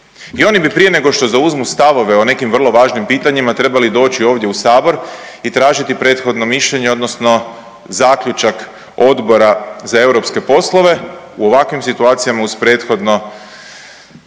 i oni bi prije nego što zauzmu stavove o nekim vrlo važnim pitanjima trebali doći ovdje u Sabor i tražiti prethodno mišljenje odnosno zaključak Odbora za europske poslove u ovakvim situacijama uz prethodno